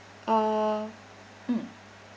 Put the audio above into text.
uh mm